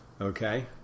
okay